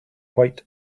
white